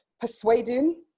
persuading